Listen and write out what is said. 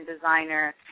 designer